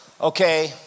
okay